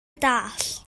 dallt